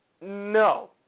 no